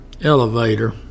elevator